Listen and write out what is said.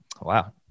Wow